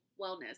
wellness